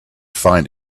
find